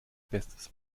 bestes